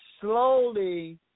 slowly